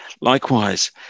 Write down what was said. Likewise